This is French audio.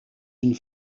une